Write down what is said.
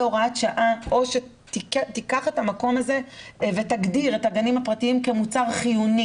הוראת שעה או שתיקח את המקום הזה ותגדיר את הגנים הפרטיים כמוצר חיוני.